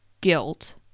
guilt